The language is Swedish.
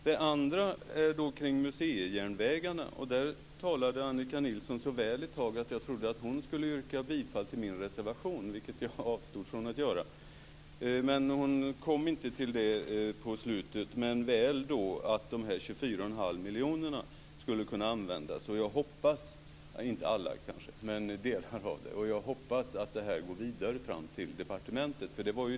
Det andra gäller museijärnvägarna. Där talade Annika Nilsson så väl ett tag att jag trodde att hon skulle yrka bifall till min reservation, vilket jag avstod från att göra. Hon kom inte till det på slutet, men väl till att delar av de 24,5 miljonerna skulle kunna användas. Jag hoppas att det går vidare fram till departementet.